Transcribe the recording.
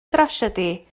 drasiedi